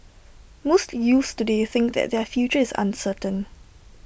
most youths today think that their future is uncertain